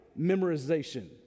memorization